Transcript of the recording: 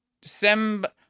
December